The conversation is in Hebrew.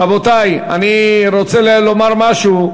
רבותי, אני רוצה לומר משהו: